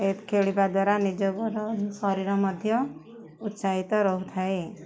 ଏ ଖେଳିବା ଦ୍ୱାରା ନିଜର ଶରୀର ମଧ୍ୟ ଉତ୍ସାହିତ ରହୁଥାଏ